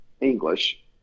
English